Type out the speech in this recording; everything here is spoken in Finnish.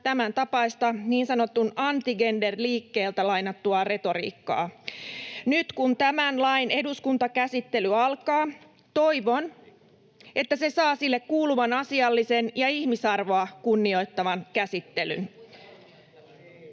tämän tapaista niin sanotulta anti-gender-liikkeeltä lainattua retoriikkaa. Nyt kun tämän lain eduskuntakäsittely alkaa, toivon, että se saa sille kuuluvan asiallisen ja ihmisarvoa kunnioittavan käsittelyn.